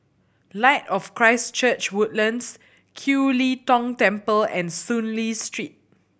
Light of Christ Church Woodlands Kiew Lee Tong Temple and Soon Lee Street